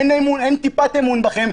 אין בכם אמון, אין טיפת אמון בכם.